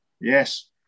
Yes